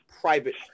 private